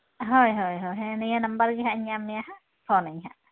ᱦᱳᱭ ᱦᱳᱭ ᱱᱤᱭᱟᱹ ᱱᱟᱢᱵᱟᱨ ᱜᱮᱦᱟᱸᱜ ᱤᱧ ᱧᱟᱢ ᱢᱮᱭᱟ ᱦᱟᱸᱜ ᱯᱷᱳᱱ ᱟᱹᱧ ᱦᱟᱸᱜ